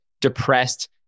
depressed